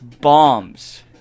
bombs